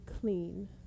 clean